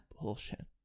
bullshit